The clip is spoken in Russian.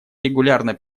регулярно